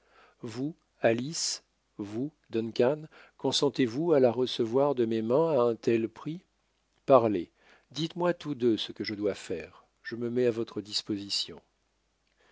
vous alice vous duncan consentez-vous à la recevoir de mes mains à un tel prix parlez dites-moi tous deux ce que je dois faire je me mets à votre disposition